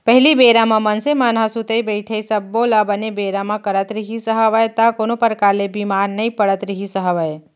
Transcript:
पहिली बेरा म मनसे मन ह सुतई बइठई सब्बो ल बने बेरा म करत रिहिस हवय त कोनो परकार ले बीमार नइ पड़त रिहिस हवय